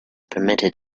permitted